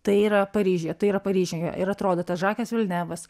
tai yra paryžiuje tai yra paryžiuje ir atrodo tas žakas vilnevas